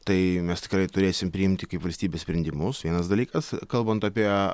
tai mes tikrai turėsim priimti kaip valstybė sprendimus vienas dalykas kalbant apie